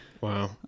Wow